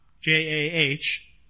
J-A-H